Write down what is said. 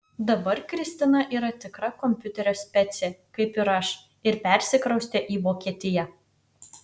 dabar kristina yra tikra kompiuterio specė kaip ir aš ir persikraustė į vokietiją